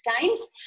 times